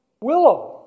Willow